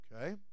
okay